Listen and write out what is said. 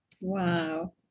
Wow